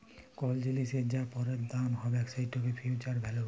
call জিলিসের যা পরের দাম হ্যবেক সেটকে ফিউচার ভ্যালু ব্যলে